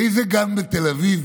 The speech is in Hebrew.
באיזה גן בתל אביב,